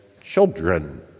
children